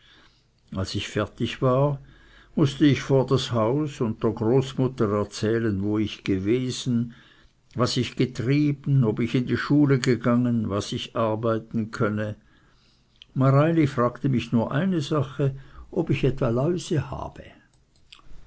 als ich fertig war mußte ich vor das haus und der großmutter erzählen wo ich gewesen was ich getrieben ob ich in die schule gegangen was ich arbeiten könne mareili fragte mich nur eine sache ob ich etwa läuse habe